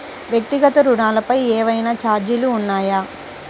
వ్యక్తిగత ఋణాలపై ఏవైనా ఛార్జీలు ఉన్నాయా?